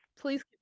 please